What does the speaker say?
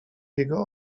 jego